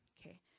Okay